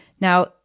Now